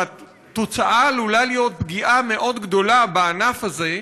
והתוצאה עלולה להיות פגיעה מאוד גדולה בענף הזה,